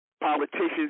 politicians